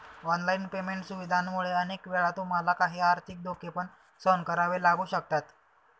online payment सुविधांमुळे अनेक वेळा तुम्हाला काही आर्थिक धोके पण सहन करावे लागू शकतात